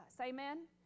Amen